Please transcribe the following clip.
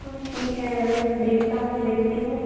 हाँ ठीक है मैडम देखता हूँ देखती हूँ